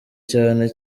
cyane